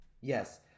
Yes